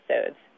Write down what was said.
episodes